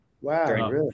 Wow